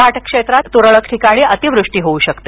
घाट क्षेत्रात तुरळक ठिकाणी अतिवृष्टी होऊ शकते